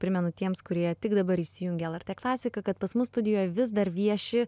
primenu tiems kurie tik dabar įsijungė lrt klasiką kad pas mus studijoje vis dar vieši